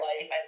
life